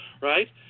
right